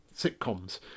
sitcoms